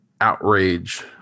outrage